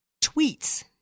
Tweets